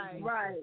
Right